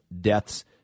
deaths